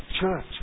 church